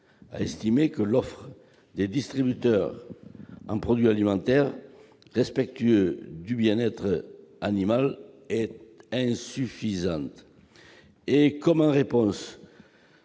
estiment que l'offre des distributeurs en produits alimentaires respectueux du bien-être animal est insuffisante. Et comme en réponse,